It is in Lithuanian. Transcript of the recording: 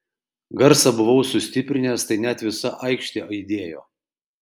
garsą buvau sustiprinęs tai net visa aikštė aidėjo